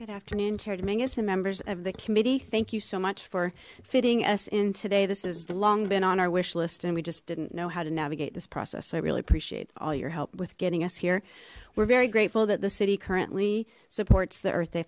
good afternoon miss and members of the committee thank you so much for fitting us in today this is long been on our wish list and we just didn't know how to navigate this process so i really appreciate all your help with getting us here we're very grateful that the city currently supports the earth day